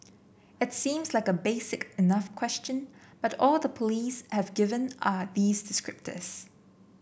it seems like a basic enough question but all the police have given are these descriptors